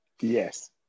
Yes